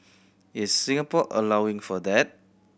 is Singapore allowing for that